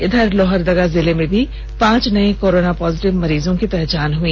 इधर लोहरदगा जिले में भी पांच नये कोरोना पॉजिटिव मरीजों की पहचान हुई